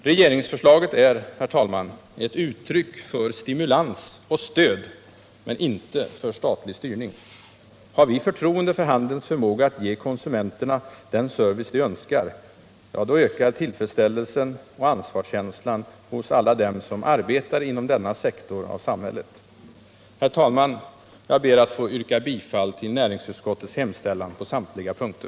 Regeringsförslaget är ett uttryck för stimulans och stöd men inte för statlig styrning. Har vi förtroende för handelns förmåga att ge konsumenterna den service de önskar, ökar tillfredsställelsen och ansvarskänslan hos alla dem som arbetar inom denna sektor av samhället. Herr talman! Jag yrkar bifall till näringsutskottets hemställan på samtliga punkter.